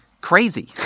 crazy